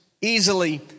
easily